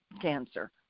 cancer